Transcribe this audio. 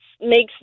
makes